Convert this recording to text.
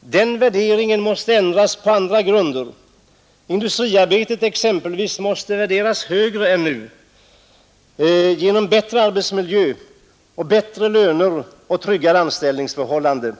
Den värderingen måste ändras på andra grunder. Industriarbetet, exempelvis, måste värderas högre än nu — genom bättre arbetsmiljö, bättre löner och tryggare anställningsförhållanden.